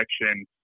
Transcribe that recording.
election